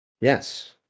Yes